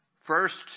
first